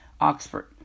Oxford